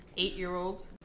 eight-year-old